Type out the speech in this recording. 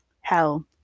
hell